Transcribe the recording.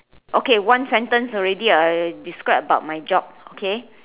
okay one sentence already I describe about my job okay